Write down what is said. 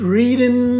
reading